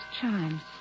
chimes